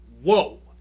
Whoa